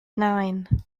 nine